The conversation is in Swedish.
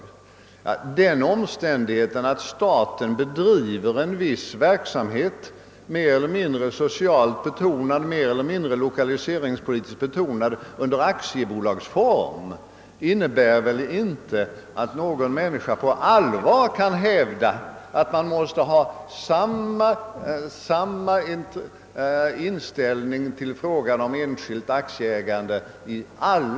Ja, den omständigheten att staten under aktiebolagsform bedriver vissa slag av verksamhet — mer eller mindre socialt präglade, mer eller mindre lokaliseringspolitiskt betonade — innebär väl inte att någon människa på allvar kan hävda att envar bör ha samma inställning till frågan om enskilt aktieägande i samtliga fall.